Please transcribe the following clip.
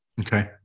Okay